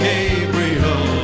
Gabriel